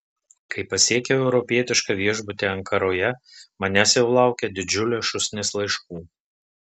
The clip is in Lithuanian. kai pasiekiau europietišką viešbutį ankaroje manęs jau laukė didžiulė šūsnis laiškų